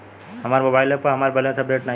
हमरे mobile app पर हमार बैलैंस अपडेट नाई बा